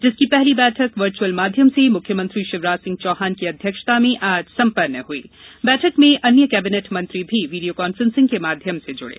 जिसकी पहली बैठक वर्च्अल माध्यम से मुख्यमंत्री शिवराज सिंह चौहान की अध्यक्षता में आज सम्पन्न हई बैठक में अन्य कैबिनेट मंत्री भी वीडियो कांफ्रेंसिंग के माध्यम से जुड़े